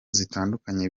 zitandukanye